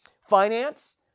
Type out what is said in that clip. finance